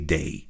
Day